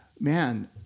man